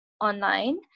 online